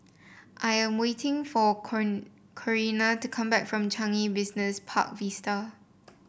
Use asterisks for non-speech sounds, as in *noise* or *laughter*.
I am waiting for *unintelligible* Corina to come back from Changi Business Park Vista